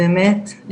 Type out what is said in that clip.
באמת,